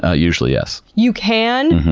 ah usually, yes. you can?